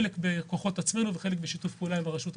חלק בעצמנו וחלק בשיתוף פעולה עם הרשות המקומית.